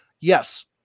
Yes